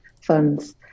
funds